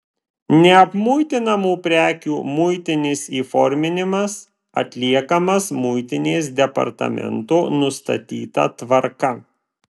neapmuitinamų prekių muitinis įforminimas atliekamas muitinės departamento nustatyta tvarka